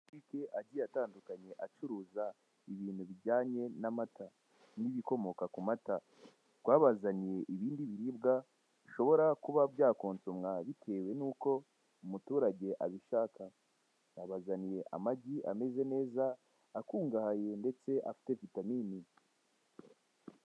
Butike agiye atandukanye acuruza ibintu bijyanye n'amata n'ibikomoka ku mata, twabazaniye ibindi biribwa bishobora kuba byakonsomwa bitewe n'uko umuturage abishaka. Twabazaniye amagi ameze neza, akungahaye ndetse afite vitamini.